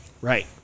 Right